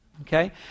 Okay